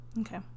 Okay